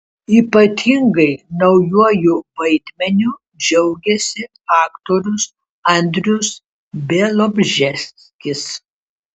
ypatingai naujuoju vaidmeniu džiaugiasi aktorius andrius bialobžeskis